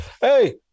Hey